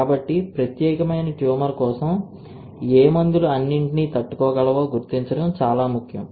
కాబట్టి ప్రత్యేకమైన ట్యూమర్ కోసం ఏ మందులు అన్నింటినీ తట్టుకోగలవో గుర్తించడం చాలా ముఖ్యం